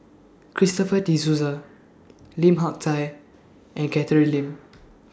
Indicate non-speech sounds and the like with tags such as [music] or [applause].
Christopher De Souza Lim Hak Tai and Catherine Lim [noise]